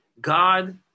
God